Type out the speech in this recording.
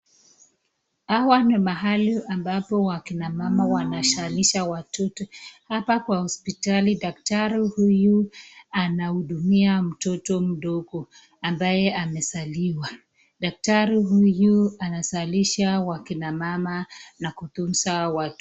Hapa ni mahali ambapo wakina mama wanazalisha watoto hapa kwa hospitali daktari huyu anaudumia mtoto mndogo as mbaye amezaliwa daktari huyu anazalisha wakina mama na kutunza watu.